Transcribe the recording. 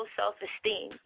self-esteem